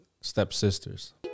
stepsisters